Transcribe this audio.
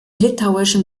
litauischen